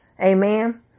Amen